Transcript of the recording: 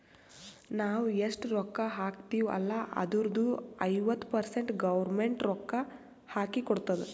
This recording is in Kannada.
ನಾವ್ ಎಷ್ಟ ರೊಕ್ಕಾ ಹಾಕ್ತಿವ್ ಅಲ್ಲ ಅದುರ್ದು ಐವತ್ತ ಪರ್ಸೆಂಟ್ ಗೌರ್ಮೆಂಟ್ ರೊಕ್ಕಾ ಹಾಕಿ ಕೊಡ್ತುದ್